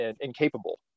incapable